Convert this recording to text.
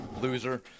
Loser